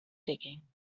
digging